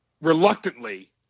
reluctantly